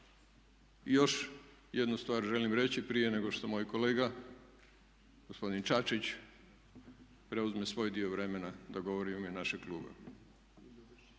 I još jednu stvar želim reći prije nego što moj kolega gospodin Čačić preuzme svoj dio vremena da govori u ime našeg kluba.